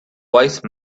wise